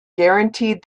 guaranteed